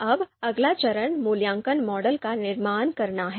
अब अगला चरण मूल्यांकन मॉडल का निर्माण करना है